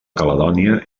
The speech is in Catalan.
caledònia